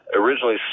originally